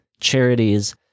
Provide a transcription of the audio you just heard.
charities